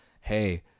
Hey